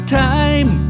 time